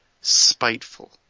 spiteful